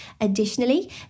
Additionally